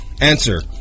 Answer